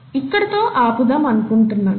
ఇక్కడితో ఆపుదాము అనుకుంటున్నాను